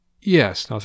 yes